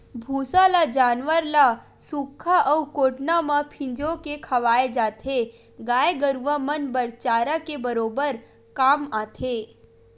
भूसा ल जानवर ल सुख्खा अउ कोटना म फिंजो के खवाय जाथे, गाय गरुवा मन बर चारा के बरोबर काम आथे